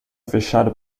fechado